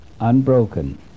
unbroken